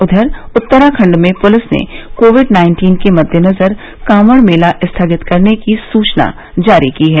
उधर उत्तराखंड में पुलिस ने कोविड नाइन्टीन के मद्देनजर कांवड़ मेला स्थगित करने की सूचना जारी की है